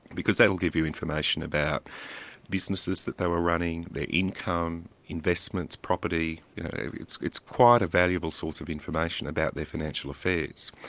because that will give you information about businesses that they were running, their income, investments, property it's it's quite a valuable source of information about their financial affairs.